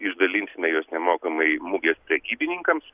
išdalinsime juos nemokamai mugės prekybininkams